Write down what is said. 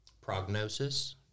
prognosis